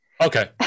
Okay